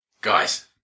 Guys